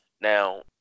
Now